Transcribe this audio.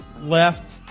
left